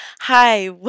hi